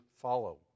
follow